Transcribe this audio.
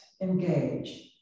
engage